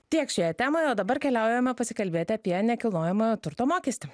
tiek šioje temoj o dabar keliaujame pasikalbėti apie nekilnojamojo turto mokestį